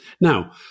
Now